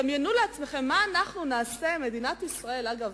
אמרתי: דמיינו לעצמכם מה אנחנו נעשה, דרך אגב,